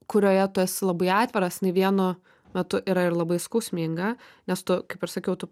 kurioje tu esi labai atviras jinai vienu metu yra ir labai skausminga nes tu kaip ir sakiau tu